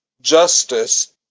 justice